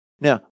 Now